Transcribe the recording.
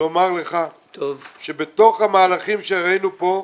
לומר לך שבתוך המהלכים שראינו כאן,